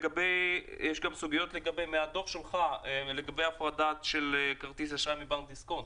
יש גם סוגיות לגבי הפרדת כרטיס אשראי מבנק דיסקונט.